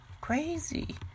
Crazy